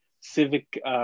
Civic